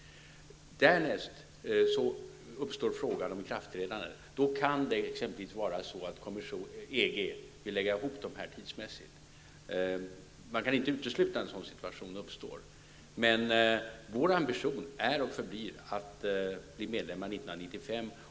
Därnäst uppstår frågan om ikraftträdandet. Då kan det exempelvis vara på det sättet att EG vill lägga ihop dessa tidsmässigt. Man kan inte utesluta att en sådan situation uppstår. Men vår ambition är och förblir att bli medlemmar 1995.